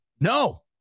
no